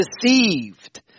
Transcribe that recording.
deceived